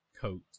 coat